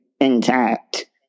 intact